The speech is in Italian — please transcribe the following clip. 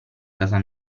casa